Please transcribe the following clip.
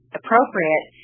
appropriate